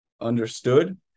understood